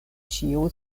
ĉio